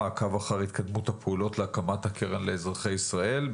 מעקב אחר התקדמות הפעולות להקמת הקרן לאזרחי ישראל.